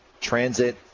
transit